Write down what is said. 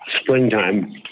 springtime